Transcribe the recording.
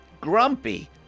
grumpy